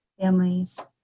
families